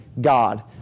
God